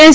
S